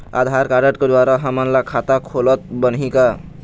आधार card के द्वारा हमन ला खाता खोलत बनही का?